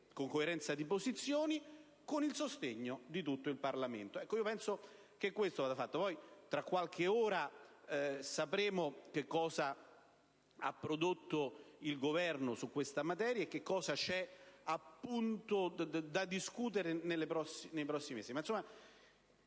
con coerenza di posizioni e con il sostegno di tutto il Parlamento. Ritengo che ciò vada fatto; poi, tra qualche ora, sapremo cosa ha prodotto il Governo su questa materia e cosa si dovrà discutere nei prossimi mesi.